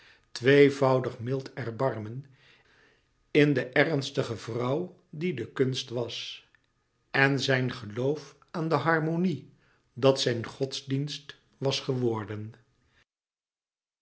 tweevoudig mild erbarmen in de ernstige vrouw die de kunst was en zijn geloof aan de harmonie dat zijn godsdienst was geworden